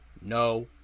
no